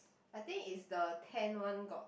I think it's the tent one got